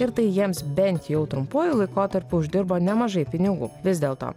ir tai jiems bent jau trumpuoju laikotarpiu uždirbo nemažai pinigų vis dėlto